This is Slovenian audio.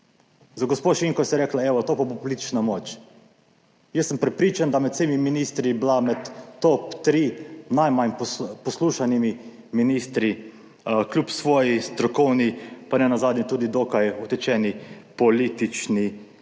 Za gospo Šinko ste rekli: "Evo, to pa bo politična moč. Jaz sem prepričan, da je med vsemi ministri, je bila med top tri najmanj poslušanimi ministri, kljub svoji strokovni, pa nenazadnje tudi dokaj utečeni politični poti.